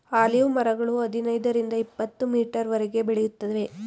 olive ಮರಗಳು ಹದಿನೈದರಿಂದ ಇಪತ್ತುಮೀಟರ್ವರೆಗೆ ಬೆಳೆಯುತ್ತವೆ